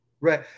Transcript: Right